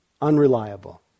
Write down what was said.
unreliable